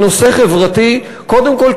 זה נושא חברתי קודם כול,